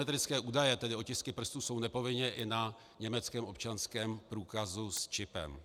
Biometrické údaje, tedy otisky prstů, jsou nepovinně i na německém občanském průkazu s čipem.